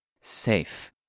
Safe